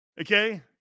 Okay